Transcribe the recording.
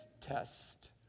test